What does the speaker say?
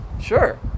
sure